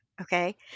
Okay